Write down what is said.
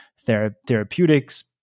therapeutics